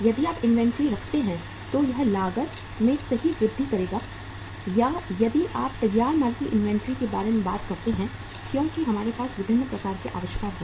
यदि आप इन्वेंट्री रखते हैं तो यह लागत में सही वृद्धि करेगा या यदि आप तैयार माल की इन्वेंट्री के बारे में बात करते हैं क्योंकि हमारे पास विभिन्न प्रकार के आविष्कार हैं